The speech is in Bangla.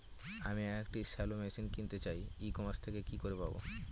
আমি একটি শ্যালো মেশিন কিনতে চাই ই কমার্স থেকে কি করে পাবো?